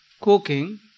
cooking